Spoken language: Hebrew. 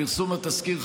פרסום התזכיר,